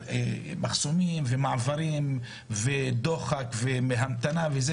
מחסומים ומעברים ודוחק והמתנה וכו'